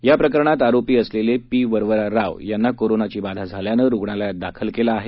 या प्रकरणात आरोपी असलेले पी वरवरा राव यांना कोरोनाची बाधा झाल्यामुळे रुग्णालयात दाखल केलं आहे